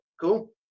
cool